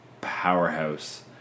powerhouse